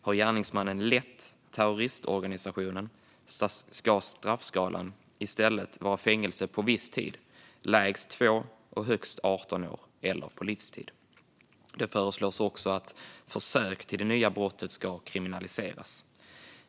Har gärningsmannen lett terroristorganisationen ska straffskalan i stället vara fängelse på viss tid, lägst 2 år och högst 18 år, eller på livstid. Det föreslås också att försök till det nya brottet ska kriminaliseras.